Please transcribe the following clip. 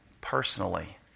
personally